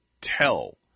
tell